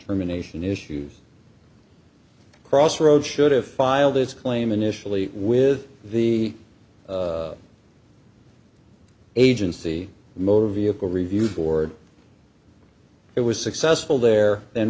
termination issues cross road should have filed its claim initially with the agency motor vehicle review board it was successful there and